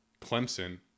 Clemson